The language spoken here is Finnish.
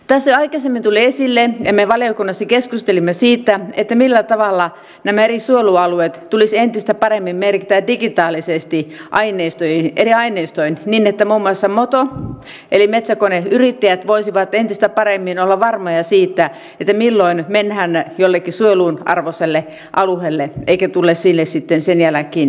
tässä jo aikaisemmin tuli esille ja me valiokunnassa keskustelimme siitä millä tavalla nämä eri suojelualueet tulisi entistä paremmin merkitä digitaalisesti eri aineistoihin niin että muun muassa moto eli metsäkoneyrittäjät voisivat entistä paremmin olla varmoja siitä milloin mennään jollekin suojelun arvoiselle alueelle eikä mennä sinne sitten sen jälkeen